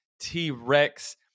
T-Rex